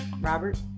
Robert